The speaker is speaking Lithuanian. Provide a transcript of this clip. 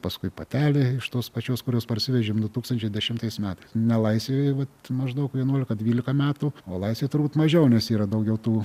paskui patelė iš tos pačios kuriuos parsivežėm du tūkstančiai dešimtais metais nelaisvėje vat maždaug vienuolika dvylika metų o laisvėj turbūt mažiau nes yra daugiau tų